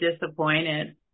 disappointed